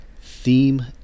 Theme